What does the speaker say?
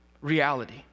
reality